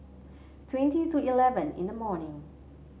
twenty to eleven in the morning